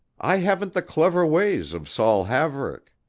i haven't the clever ways of saul haverick.